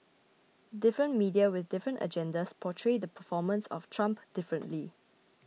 different media with different agendas portray the performance of Trump differently